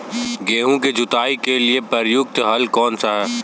गेहूँ की जुताई के लिए प्रयुक्त हल कौनसा है?